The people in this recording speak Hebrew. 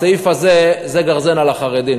הסעיף הזה זה גרזן על החרדים,